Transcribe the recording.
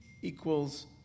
equals